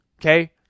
okay